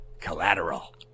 collateral